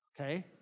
Okay